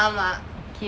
ஆமா:aama